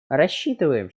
рассчитываем